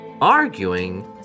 arguing